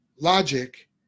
logic